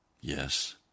Yes